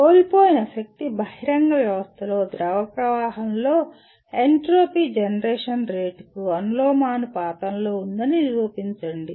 తక్కువ ఖర్చు కోల్పోయిన శక్తి బహిరంగ వ్యవస్థలో ద్రవ ప్రవాహంలో ఎంట్రోపీ జనరేషన్ రేటుకు అనులోమానుపాతంలో ఉందని నిరూపించండి